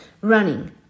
running